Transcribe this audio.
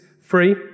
free